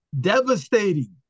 Devastating